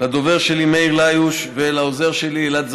לדובר שלי מאיר ליוש ולעוזר שלי אלעד זמיר,